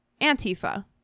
Antifa